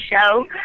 show